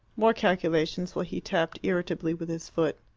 more calculations, while he tapped irritably with his foot.